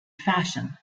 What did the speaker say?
fashion